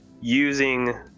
using